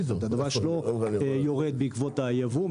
ממש לא יורד בעקבות הייבוא.